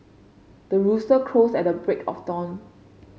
the rooster crows at the break of dawn